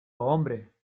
hombre